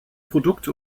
produkte